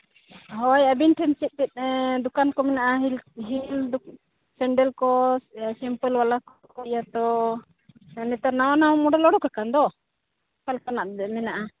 ᱦᱳᱭ ᱟᱹᱵᱤᱱ ᱴᱷᱮᱱ ᱪᱮᱫ ᱪᱮᱫ ᱫᱚᱠᱟᱱ ᱠᱚ ᱢᱮᱱᱟᱜᱼᱟ ᱦᱤᱞ ᱥᱮᱱᱰᱮᱞ ᱠᱚ ᱥᱤᱢᱯᱟᱹᱞ ᱵᱟᱞᱟ ᱠᱚ ᱦᱩᱭ ᱟᱛᱚ ᱟᱨ ᱱᱮᱛᱟᱨ ᱱᱟᱣᱟ ᱱᱟᱣᱟ ᱢᱚᱰᱮᱞ ᱚᱰᱳᱠ ᱟᱠᱟᱱ ᱫᱚ ᱚᱠᱟ ᱞᱮᱠᱟᱱᱟᱜ ᱢᱮᱱᱟᱜᱼᱟ